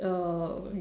uh